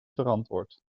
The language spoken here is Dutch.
verantwoord